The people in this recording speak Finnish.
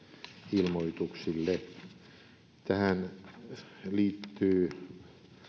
ilmoituksille tähän liittyy